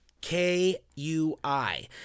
K-U-I